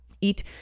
eat